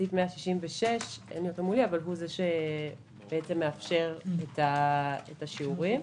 סעיף 166 הוא שמאפשר את השיעורים.